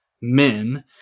men